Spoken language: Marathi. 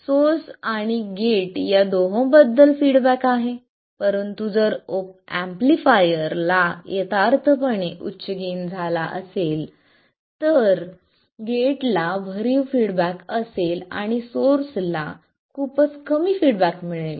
सोर्स आणि गेट या दोहोंबद्दल फीडबॅक आहे परंतु जर या एम्पलीफायर ला यथार्थपणे उच्च गेन झाला असेल तर गेटला भरीव फीडबॅक असेल आणि सोर्स ला खूपच कमी फीडबॅक मिळेल